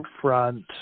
front